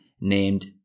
named